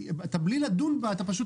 בלי לדון בה, אתה פשוט עונה.